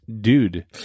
dude